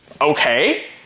Okay